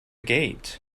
gate